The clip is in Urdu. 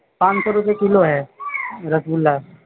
پانچ سو روپیے کلو ہے رَس گلہ